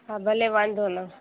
हा भले वांदो न